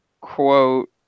quote